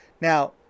Now